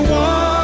one